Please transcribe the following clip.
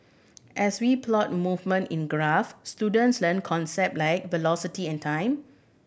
as we plot movement in graphs students learn concept like velocity and time